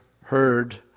heard